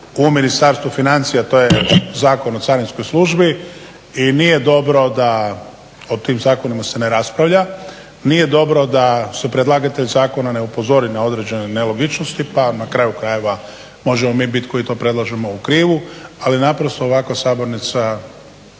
u Ministarstvu financija, to je Zakon o carinskoj službi. I nije dobro da, o tim zakonima se ne raspravlja, nije dobro da su predlagatelj zakona ne upozori na određene nelogičnosti, pa na kraju krajeva možemo mi biti koji to predlažemo u krivu, ali naprosto ovako sabornica